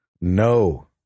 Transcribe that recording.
No